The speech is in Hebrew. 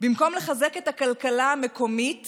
במקום לחזק את הכלכלה המקומית